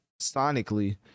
sonically